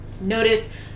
notice